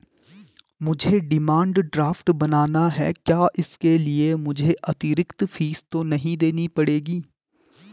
मुझे demand draft बनाना है क्या इसके लिए मुझे अतिरिक्त फीस तो नहीं देनी पड़ेगी?